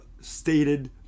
stated